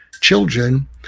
children